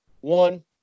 one